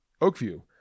Oakview